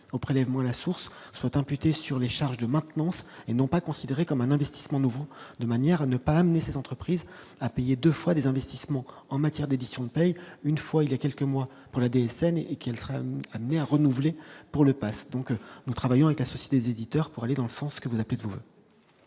au prélèvement à la source soient imputés sur les charges de maintenance et non pas considéré comme un investissement nouveau de manière à ne pas amener ces entreprises à payer 2 fois, des investissements en matière d'édition ne paye une fois il y a quelques mois pour la décennie et qu'il sera amené à renouveler pour le passe, donc nous travaillons avec associe des éditeurs pour aller dans le sens que vous appelez de vous.